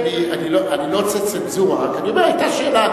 אני לא עושה צנזורה, רק אני אומר: היתה שאלה.